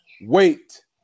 Wait